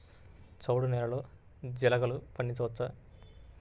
చవుడు నేలలో జీలగలు పండించవచ్చా?